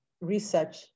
research